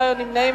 לא היו נמנעים.